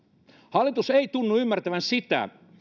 hallitus ei tunnu ymmärtävän sitä